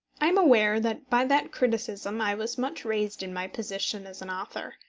i am aware that by that criticism i was much raised in my position as an author.